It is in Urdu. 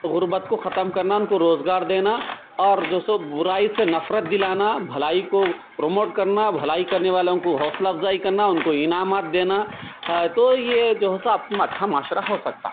غربت كو ختم كرنا ان كو روزگار دينا اور جو سو برائى سے نفرت دلانا بھلائی کو پروموٹ کرنا بھلائی کرنے والوں کو حوصلہ افزائى کرنا ان کو انعامات دينا ہا تو يہ جو ہے سو آپ اچّھا معاشرہ ہو سكتا